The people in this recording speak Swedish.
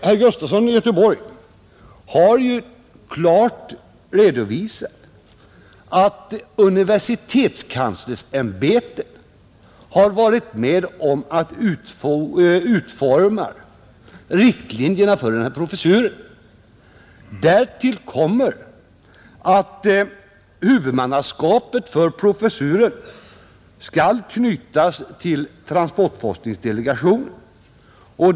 Herr Gustafson i Göteborg har ju klart redovisat att universitetskanslersämbetet har varit med om att utforma riktlinjerna för denna professur. Därtill kommer att huvudmannaskapet för professuren skall knytas till transportforskningsdelegationen.